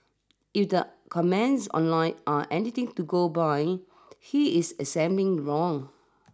if the comments online are anything to go by he is assuming wrong